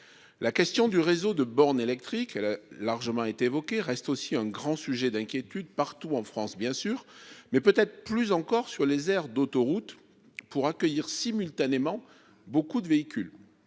La question du réseau de bornes électriques, elle a largement été évoquée reste aussi un grand sujet d'inquiétude, partout en France bien sûr mais peut-être plus encore sur les aires d'autoroute pour accueillir simultanément beaucoup de véhicules.